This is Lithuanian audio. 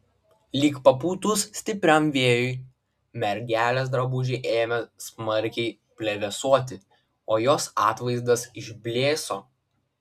lyg papūtus stipriam vėjui mergelės drabužiai ėmė smarkiai plevėsuoti o jos atvaizdas išblėso